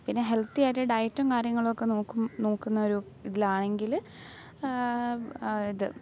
പിന്നെ ഹെൽത്തിയായിട്ട് ഡെയറ്റും കാര്യങ്ങളൊക്കെ നോക്കും നോക്കുന്നൊരു ഇതിലാണെങ്കിൽ ഇത്